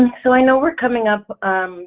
so i know we're coming up on